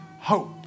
hope